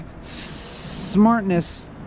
smartness